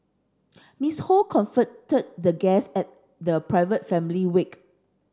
Miss Ho comforted the guests at the private family wake